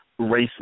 racist